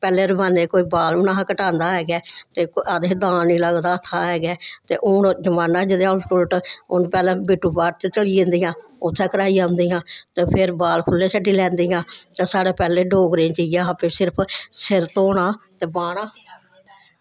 पैह्लें जमान्ने च कोई बाल बी नेईं हा कटांदा है गे ते आखदे हे दान निं लगदा हत्था है गे ते हून जमान्ना जेह्दा ऐ उल्ट हून पैह्लें ब्यूटी पार्ल च चली जंदियां उत्थै कराइयै औंदियां ते फिर बाल खुल्ले छड्डी लैंदियां ते साढ़े पैह्ले डोगरें च इ'यै हा भाई सिर्फ सिर धोना ते बाह्ना